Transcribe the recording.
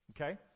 okay